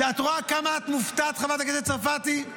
את רואה כמה את מופתעת, חברת הכנסת צרפתי?